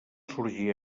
sorgir